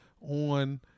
on